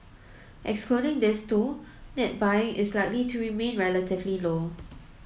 excluding these two net buying is likely to remain relatively low